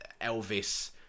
Elvis